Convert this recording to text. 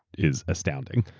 is astounding.